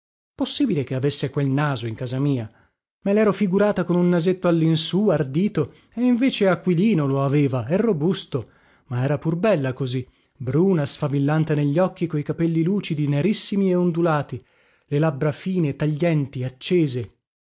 possibile che avesse quel naso in casa mia me lero figurata con un nasetto allinsù ardito e invece aquilino lo aveva e robusto ma era pur bella così bruna sfavillante negli occhi coi capelli lucidi nerissimi e ondulati le labbra fine taglienti accese